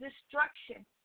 destruction